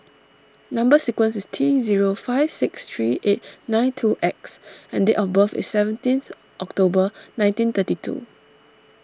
Number Sequence is T zero five six three eight nine two X and date of birth is seventeenth October nineteen thirty two